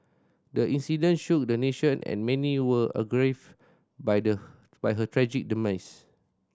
the incident shook the nation and many were aggrieve by the by her tragic demise